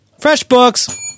FreshBooks